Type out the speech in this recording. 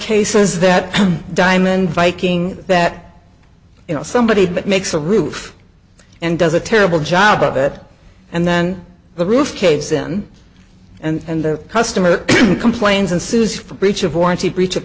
cases that diamond viking that you know somebody that makes a roof and does a terrible job of it and then the roof caves in and the customer complains and sues for breach of warranty breach of